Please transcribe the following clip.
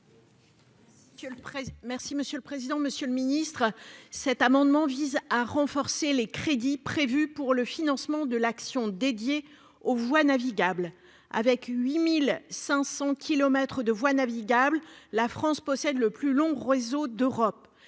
parole est à Mme Martine Filleul. Cet amendement vise à renforcer les crédits prévus pour le financement de l'action dédiée aux voies navigables. Avec 8 500 kilomètres de voies navigables, la France possède le plus long réseau d'Europe,